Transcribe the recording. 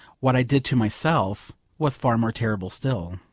what i did to myself was far more terrible still.